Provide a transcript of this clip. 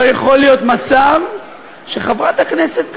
לא יכול להיות מצב שחברת הכנסת גלאון,